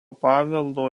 paveldo